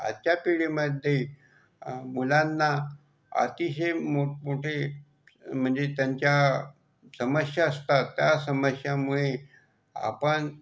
आजच्या पिढीमध्ये मुलांना अतिशय मोठमोठे म्हणजे त्यांच्या समस्या असतात त्या समस्यामुळे आपण